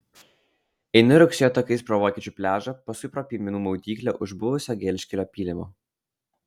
eini rugsėjo takais pro vokiečių pliažą paskui pro piemenų maudyklę už buvusio gelžkelio pylimo